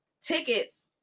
Tickets